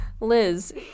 Liz